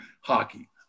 hockey